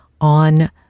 on